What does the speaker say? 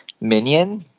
Minion